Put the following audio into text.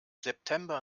september